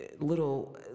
little